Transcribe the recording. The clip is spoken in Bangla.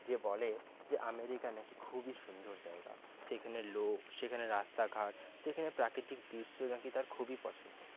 যে বলে যে আমেরিকা নাকি খুবই সুন্দর জায়গা সেখানের লোক সেখানের রাস্তাঘাট সেখানের প্রাকৃতিক দৃশ্য নাকি তার খুবই পছন্দ